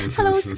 Hello